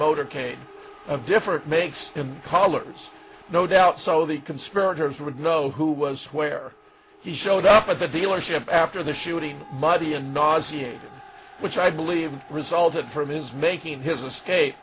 motorcade of different makes and colors no doubt so they can spare as would know who was where he showed up at the dealership after the shooting muddy and nauseated which i believe resulted from his making his escape